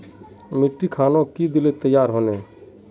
मिट्टी खानोक की दिले तैयार होने?